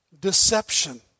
deception